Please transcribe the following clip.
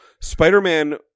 Spider-Man